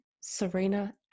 serena